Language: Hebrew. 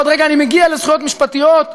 ועוד רגע אני מגיע לזכויות משפטיות,